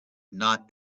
not